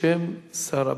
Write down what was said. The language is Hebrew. בשם שר הבריאות.